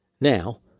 Now